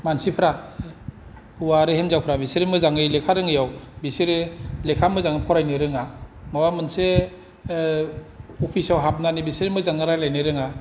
मानसिफोरा हौवा आरो हिनजावफोरा बिसोर मोजाङै लेखा रोङैआव बिसोरो लेखा मोजाङै फरायनो रोंङा माबा मोनसे अफिसाव हाबनानै बिसोर मोजां रायलायनो रोंङा